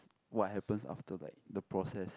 what happens after like the process